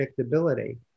predictability